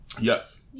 Yes